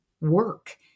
work